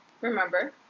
Remember